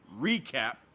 recap